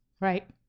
Right